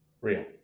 Real